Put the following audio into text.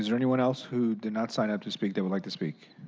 yeah anyone else who did not sign up to speak that would like to speak?